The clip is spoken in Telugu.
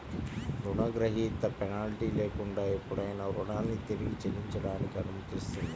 రుణగ్రహీత పెనాల్టీ లేకుండా ఎప్పుడైనా రుణాన్ని తిరిగి చెల్లించడానికి అనుమతిస్తుంది